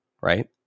Right